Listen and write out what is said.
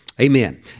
Amen